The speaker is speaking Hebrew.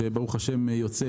שב"ה יוצאת,